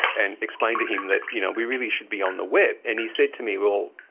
and explained to him that, you know, we really should be on the web. and he said to me, well,